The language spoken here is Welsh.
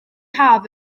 haf